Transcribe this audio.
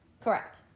Correct